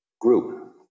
group